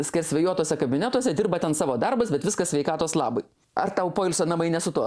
skersvėjuotuose kabinetuose dirba ten savo darbus bet viskas sveikatos labui ar tau poilsio namai ne su tuo